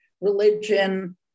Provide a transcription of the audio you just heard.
religion